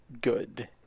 good